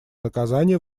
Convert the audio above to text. наказания